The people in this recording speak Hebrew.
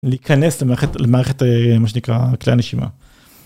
להיכנס למערכת מה שנקרא כלי הנשימה.